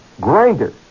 grinder